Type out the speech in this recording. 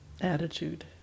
Attitude